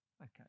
okay